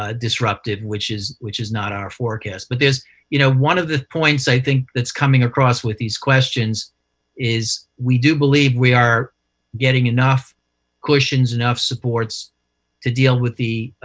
ah disrupted, which which is not our forecast. but there's you know one of the points i think that's coming across with these questions is we do believe we are getting enough cushions, enough supports to deal with the